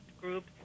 groups